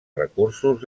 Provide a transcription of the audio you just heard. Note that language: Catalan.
recursos